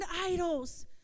idols